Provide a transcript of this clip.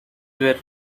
were